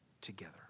together